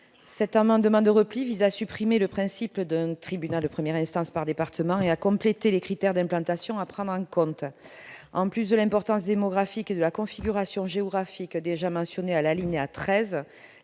Cet amendement de repli vise à supprimer le principe d'un tribunal de première instance par département et à compléter les critères d'implantation à prendre en compte. En plus de l'importance démographique et de la configuration géographique, critères déjà mentionnés à l'alinéa 13